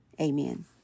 amen